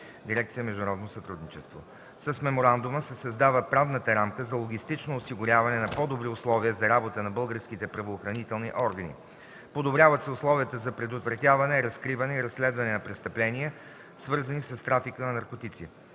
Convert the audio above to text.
дирекция „Международно сътрудничество”. С меморандума се създава правната рамка за логистично осигуряване на по-добри условия за работа на българските правоохранителни органи. Подобряват се условията за предотвратяване, разкриване и разследване на престъпления, свързани с трафика на наркотици.